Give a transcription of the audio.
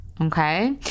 Okay